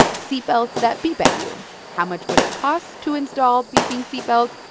seatbelts that beep at you how much would it cost to install beeping seatbelts,